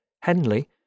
Henley